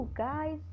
Guys